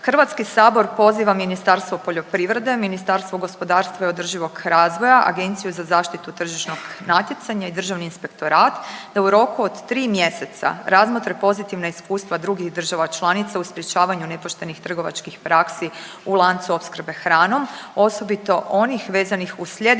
HS poziva Ministarstvo poljoprivrede, Ministarstvo gospodarstva i održivog razvoja, Agenciju za zaštitu tržišnog natjecanja i Državni inspektorat da u roku od tri mjeseca razmotre pozitivna iskustva drugih država članica u sprječavanju nepoštenih trgovačkih praksi u lancu opskrbe hranom osobito onih vezanih uz sljedivost